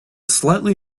slightly